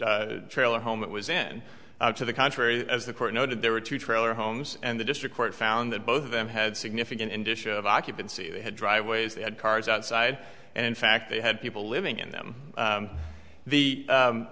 which trailer home it was in to the contrary as the court noted there were two trailer homes and the district court found that both of them had significant in dishes of occupancy they had driveways they had cars outside and in fact they had people living in them the